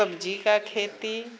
सब्जी का खेती